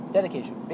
Dedication